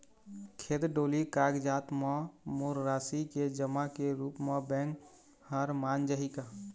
खेत डोली के कागजात म मोर राशि के जमा के रूप म बैंक हर मान जाही का?